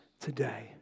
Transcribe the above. today